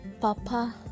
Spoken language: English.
Papa